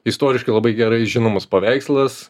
istoriškai labai gerai žinomas paveikslas